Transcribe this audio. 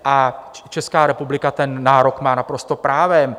A Česká republika ten nárok má naprosto právem.